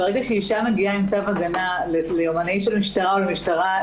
ברגע שאישה מגיעה עם צו הגנה ליומנאי של המשטרה או למשטרה,